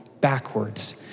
backwards